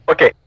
Okay